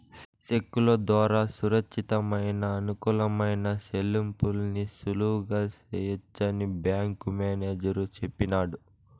సెక్కుల దోరా సురచ్చితమయిన, అనుకూలమైన సెల్లింపుల్ని సులువుగా సెయ్యొచ్చని బ్యేంకు మేనేజరు సెప్పినాడు